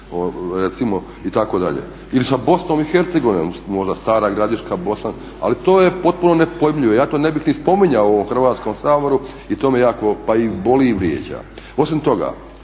recimo it. Ili sa Bosnom i Hercegovinom možda Stara Gradiška Bosanska, ali to je potpuno nepojmljivo ja to ne bih ni spominjao u ovom Hrvatskom saboru i to me jako pa i boli i vrijeđa. Osim toga,